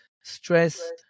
stress